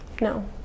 No